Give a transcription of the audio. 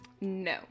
No